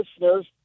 listeners